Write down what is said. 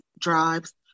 drives